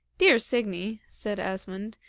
dear signy said asmund,